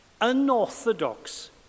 unorthodox